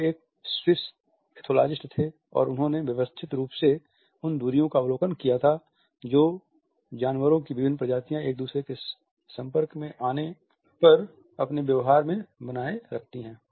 वह एक Swiss ethologist थे और उन्होंने व्यवस्थित रूप से उन दूरियों का अवलोकन किया था जो जानवरों की विभिन्न प्रजातियाँ एक दूसरे के संपर्क में अपने व्यवहार में बनाए रखती है